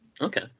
okay